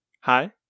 hi